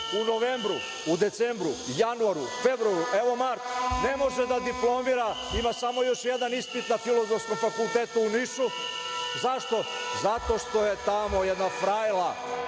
u novembru, u decembru, u januaru, u februaru i evo i u martu ne može da diplomira. Ima samo još jedan ispit na Filozofskom fakultetu u Nišu. Zašto? Zato što je tamo jedna frajla,